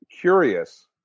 curious